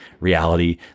reality